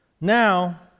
Now